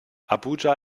abuja